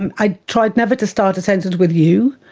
and i tried never to start a sentence with you,